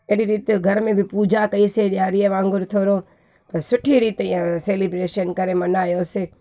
अहिड़ी रीते घर में बि पूजा कईसीं ॾियारीअ वांगुरु थोरो सुठे रीते सेलीब्रेशन करे मनायोसीं